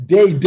Day